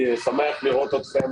אני שמח לראות אתכם,